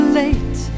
late